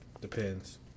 Depends